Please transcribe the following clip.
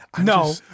No